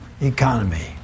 economy